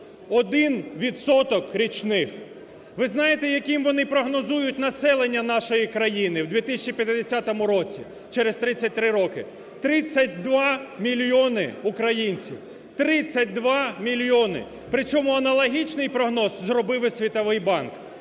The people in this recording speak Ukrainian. Один відсоток річних. Ви знаєте, яким вони прогнозують населення нашої країни в 2050 році, через 33 роки? 32 мільйони українців. 32 мільйони! При чому аналогічний прогноз зробив і Світовий банк.